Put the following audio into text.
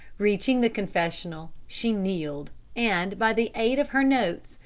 reaching the confessional, she kneeled, and, by the aid of her notes,